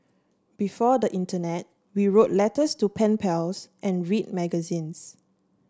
before the internet we wrote letters to pen pals and read magazines